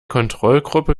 kontrollgruppe